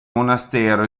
monastero